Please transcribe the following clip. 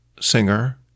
singer